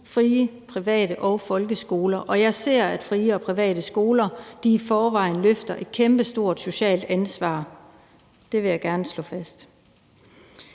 år, cirka en gang om ugen, og jeg ser, at fri- og privatskoler i forvejen løfter et kæmpestort socialt ansvar. Det vil jeg gerne slå fast.